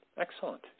Excellent